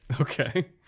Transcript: Okay